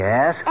Yes